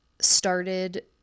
started